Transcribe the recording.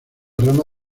rama